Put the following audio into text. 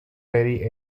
berry